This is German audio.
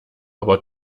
aber